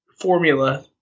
formula